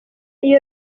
iyo